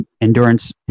endurance